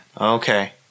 okay